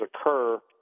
occur